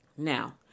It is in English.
Now